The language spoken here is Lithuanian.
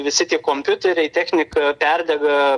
visi tie kompiuteriai technika perdega